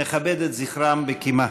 נכבד את זכרם בקימה.